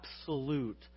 absolute